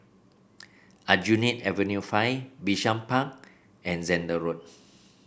Aljunied Avenue Five Bishan Park and Zehnder Road